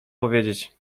powiedzieć